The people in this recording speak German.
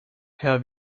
herr